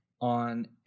on